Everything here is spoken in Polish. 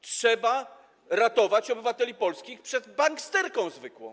Trzeba ratować obywateli polskich przed banksterką zwykłą.